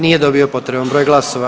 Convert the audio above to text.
Nije dobio potreban broj glasova.